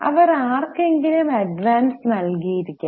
അവർ ആർകെങ്കിലും അഡ്വാൻസ് നല്കിയിരിക്കാം